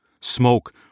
Smoke